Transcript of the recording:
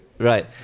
Right